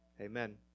amen